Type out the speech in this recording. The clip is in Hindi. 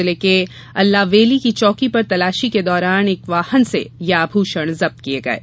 जिले के अल्लावेली की चौकी पर तलाशी के दौरान एक वाहन से यह आभूषण जब्त किये गये